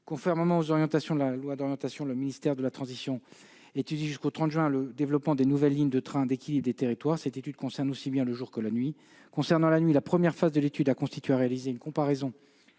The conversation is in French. Conformément aux orientations de cette loi, le ministère de la transition écologique et solidaire étudie jusqu'au 30 juin le développement des nouvelles lignes de trains d'équilibre des territoires. Cette étude concerne aussi bien le jour que la nuit. Concernant la nuit, la première phase de l'étude a consisté à réaliser une comparaison